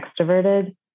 extroverted